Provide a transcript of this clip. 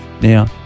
Now